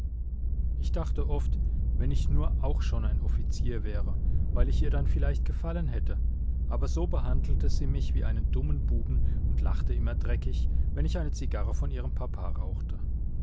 ich dachte oft wenn ich nur auch schon ein offizier wäre weil ich ihr dann vielleicht gefallen hätte aber so behandelte sie mich wie einen dummen buben und lachte immer dreckig wenn ich eine zigarre von ihrem papa rauchte